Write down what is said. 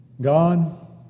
God